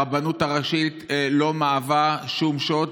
הרבנות הראשית לא מהווה שום שוט.